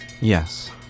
Yes